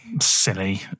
Silly